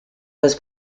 was